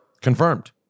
Confirmed